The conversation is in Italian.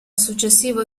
successivo